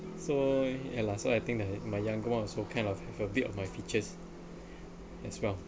so ya lah so I think that my younger ones also kind of have a bit of my features as well